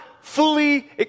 fully